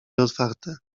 otwarte